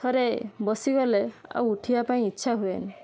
ଥରେ ବସିଗଲେ ଆଉ ଉଠିବା ପାଇଁ ଇଚ୍ଛା ହୁଏନି